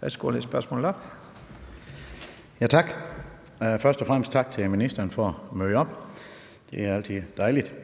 Først og fremmest tak til ministeren for at møde op. Det er altid dejligt.